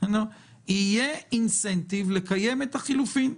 יהיה תמריץ לקיים את החילופים.